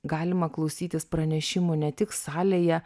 galima klausytis pranešimų ne tik salėje